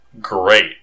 great